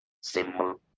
simple